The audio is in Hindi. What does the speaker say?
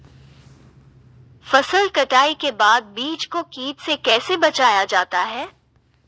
फसल कटाई के बाद बीज को कीट से कैसे बचाया जाता है?